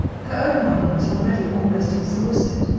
her own money was already almost exhausted,